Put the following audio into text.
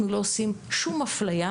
אנחנו לא עושים שום אפליה,